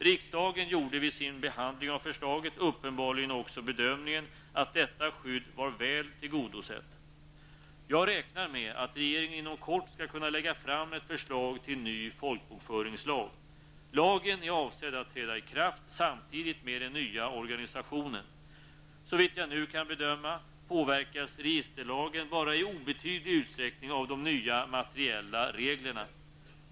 Riksdagen gjorde vid sin behandling av förslaget uppenbarligen också bedömningen att detta skydd var väl tillgodosett. Jag räknar med att regeringen inom kort skall kunna lägga fram ett förslag till ny folkbokföringslag. Lagen är avsedd att träda i kraft samtidigt med den nya organisationen. Såvitt jag nu kan bedöma påverkas registerlagen bara i obetydlig utsträckning av de nya materiella reglerna.